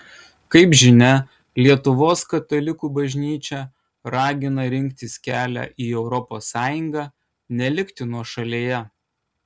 kaip žinia lietuvos katalikų bažnyčia ragina rinktis kelią į europos sąjungą nelikti nuošalėje